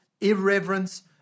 irreverence